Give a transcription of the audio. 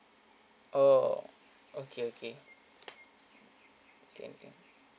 oh okay okay can can